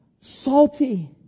salty